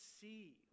see